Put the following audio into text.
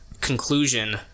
Conclusion